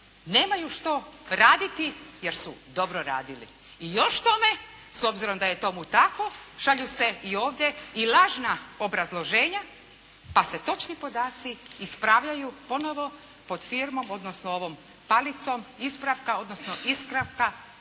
nemaju što raditi jer su dobro radili. I još tome, s obzirom da je tomu tako šalju se ovdje i lažna obrazloženja pa se točni podaci ispravljaju ponovo pod firmom odnosno ovom palicom ispravka odnosno ispravka,